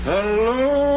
Hello